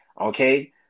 Okay